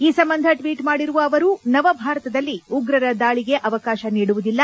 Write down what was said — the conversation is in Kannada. ಈ ಸಂಬಂಧ ಟ್ವೀಟ್ ಮಾಡಿರುವ ಅವರು ನವಭಾರತದಲ್ಲಿ ಉಗ್ರರ ದಾಳಿಗೆ ಅವಕಾಶ ನೀಡುವುದಿಲ್ಲ